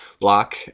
lock